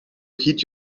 heed